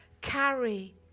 carry